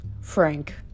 Frank